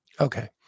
Okay